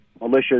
militias